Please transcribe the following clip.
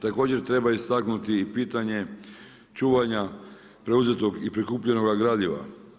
Također treba istaknuti i pitanje čuvanja preuzetog i prikupljenog gradiva.